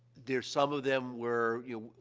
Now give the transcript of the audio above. there's some of them where, you